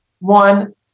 One